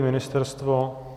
Ministerstvo?